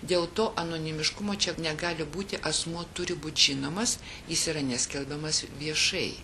dėl to anonimiškumo čia negali būti asmuo turi būt žinomas jis yra neskelbiamas viešai